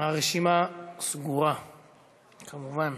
הרשימה סגורה כמובן.